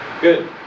Good